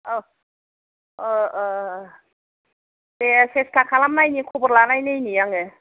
औ दे सेस्था खालामनायनि खबर लानायनायनि आङो